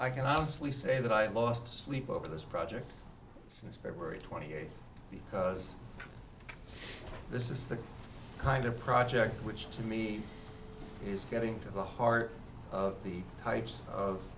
i can honestly say that i've lost sleep over this project since february twenty eighth because this is the kind of project which to me is getting to the heart of the types of